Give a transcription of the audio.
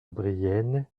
brienne